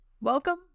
Welcome